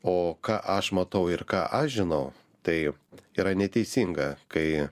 o ką aš matau ir ką aš žinau tai yra neteisinga kai